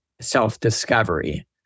self-discovery